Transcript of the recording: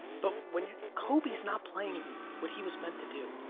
but when you, kobe's not playing what he was meant to do.